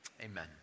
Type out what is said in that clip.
amen